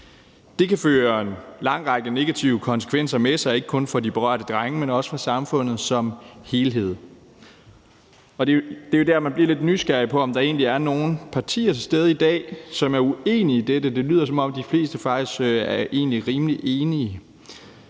Det kan føre en lang række negative konsekvenser med sig, ikke kun for de berørte drenge, men også for samfundet som helhed. Det er jo der, man bliver lidt nysgerrig på, om der egentlig er nogen partier til stede i dag, som er uenige i dette. Det lyder, som om de fleste faktisk er rimelig enige.